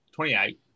28